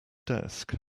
desk